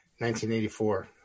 1984